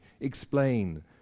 explain